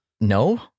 No